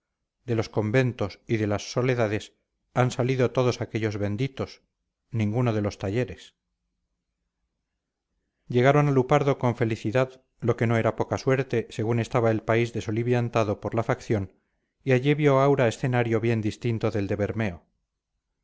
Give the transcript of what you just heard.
de los conventos y de las soledades han salido todos aquellos benditos ninguno de los talleres llegaron a lupardo con felicidad lo que no era poca suerte según estaba el país de soliviantado por la facción y allí vio aura escenario bien distinto del de